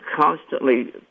constantly